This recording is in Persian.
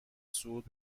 صعود